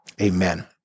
Amen